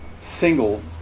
single